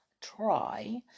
try